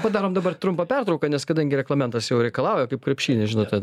padarom dabar trumpą pertrauką nes kadangi reglamentas jau reikalauja kaip krepšinis žinote